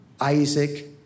Isaac